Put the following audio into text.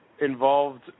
involved